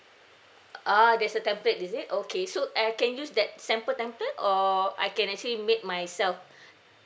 ah there's a template is it okay so I can use that sample template or I can actually make myself